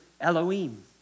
Elohim